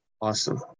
Awesome